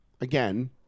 Again